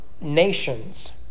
nations